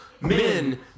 men